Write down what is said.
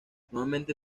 nuevamente